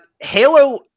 Halo